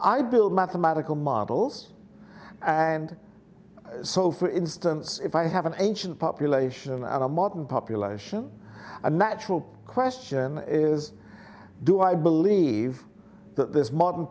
i build mathematical models and so for instance if i have an ancient population at a modern population a natural question is do i believe that this modern